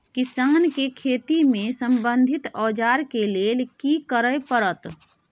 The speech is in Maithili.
किसान के खेती से संबंधित औजार के लेल की करय परत?